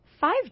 five